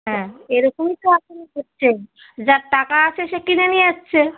হ্যাঁ এরকমই তো আসলে হচ্ছে যার টাকা আছে সে কিনে নিয়ে যাচ্ছে